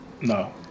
no